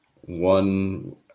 One